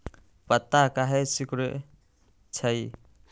पत्ता काहे सिकुड़े छई?